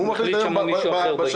זה מישהו אחר מחליט בעניין הזה.